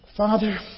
Father